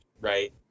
right